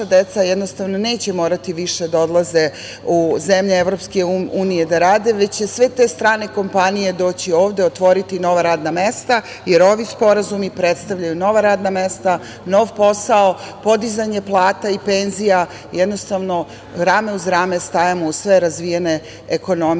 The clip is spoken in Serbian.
deca jednostavno neće morati više da odlaze u zemlje EU da rade, već će sve te strane kompanije doći ovde, otvoriti nova radna mesta, jer ovi sporazumi predstavljaju nova radna mesta, nov posao, podizanje plata i penzija, jednostavno rame uz rame stajemo uz sve razvijene ekonomije